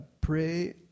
pray